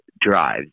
drives